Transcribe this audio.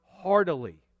heartily